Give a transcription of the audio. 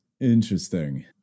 Interesting